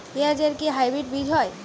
পেঁয়াজ এর কি হাইব্রিড বীজ হয়?